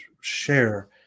share